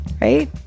Right